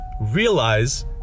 realize